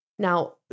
Now